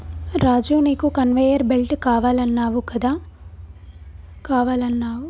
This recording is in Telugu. రాజు నీకు కన్వేయర్ బెల్ట్ కావాలన్నావు కదా పక్కూర్ల షాప్ వుంది పోయి తెచ్చుకో